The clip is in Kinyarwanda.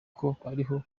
akurikirana